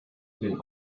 den